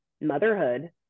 motherhood